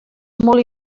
molt